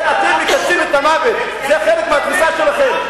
כן, אתם מקדשים את המוות, זה חלק מהתפיסה שלכם.